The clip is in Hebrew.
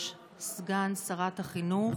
סגן שרת החינוך,